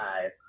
five